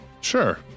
Sure